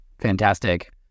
Fantastic